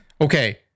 Okay